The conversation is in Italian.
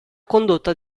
condotta